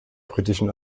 britischen